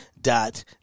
dot